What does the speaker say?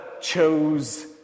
chose